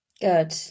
Good